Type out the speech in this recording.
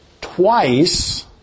twice